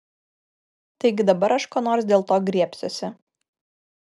taigi dabar aš ko nors dėl to griebsiuosi